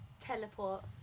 teleport